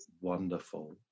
wonderful